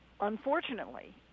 Unfortunately